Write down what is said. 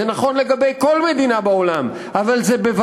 זה נכון לגבי כל מדינה בעולם,